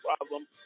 problem